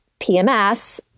PMS